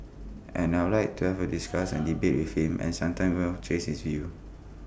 and I would like to have discuss and debate with him and sometimes he will change his view